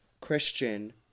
Christian